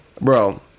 Bro